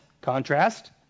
contrast